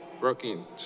working